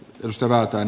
ystävältään